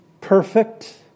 perfect